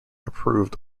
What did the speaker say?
approved